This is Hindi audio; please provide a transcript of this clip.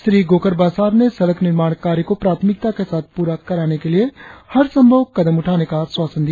श्री गोकर बासार ने सड़क निर्माण कार्य को प्राथमिकता के साथ पूरा कराने के लिए हर संभव कदम उठाने का आश्वासन दिया